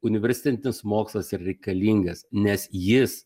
universitetintis mokslas yra reikalingas nes jis